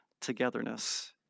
togetherness